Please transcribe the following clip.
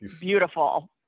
beautiful